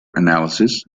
analysis